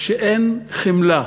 שאין חמלה,